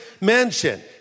mansion